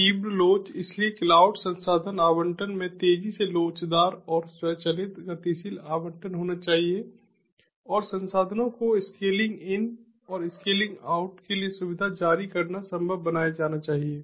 तीव्र लोच इसलिए क्लाउड संसाधन आवंटन में तेजी से लोचदार और स्वचालित गतिशील आवंटन होना चाहिए और संसाधनों को स्केलिंग इन और स्केलिंग आउट के लिए सुविधा जारी करना संभव बनाया जाना चाहिए